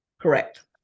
correct